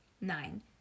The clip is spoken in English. nine